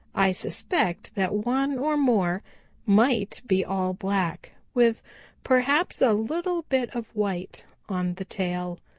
i suspect that one or more might be all black, with perhaps a little bit of white on the tail.